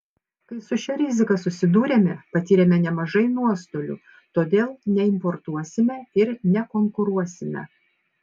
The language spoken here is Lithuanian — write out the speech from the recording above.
kai su šia rizika susidūrėme patyrėme nemažai nuostolių todėl neimportuosime ir nekonkuruosime